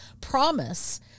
promise